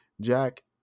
Jack